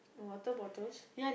water bottles